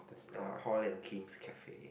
uh Paul and Kim's cafe